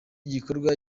gikorwa